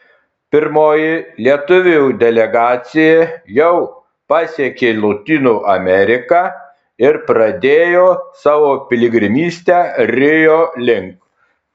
pirmoji lietuvių delegacija jau pasiekė lotynų ameriką ir pradėjo savo piligrimystę rio link